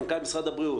מנכ"ל משרד הבריאות,